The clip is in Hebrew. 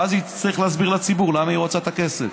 ואז היא תצטרך להסביר לציבור למה היא רוצה את הכסף.